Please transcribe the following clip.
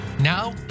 Now